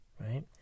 right